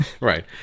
right